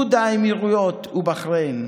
איחוד האמירויות ובחריין?